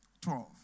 Twelve